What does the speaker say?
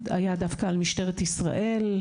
היה דווקא על משטרת ישראל,